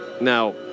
Now